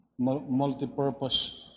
multipurpose